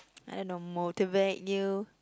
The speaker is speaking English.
add on motivate you